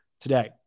today